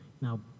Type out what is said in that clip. Now